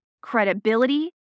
credibility